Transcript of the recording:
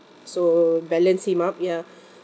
so balanced him up ya